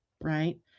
right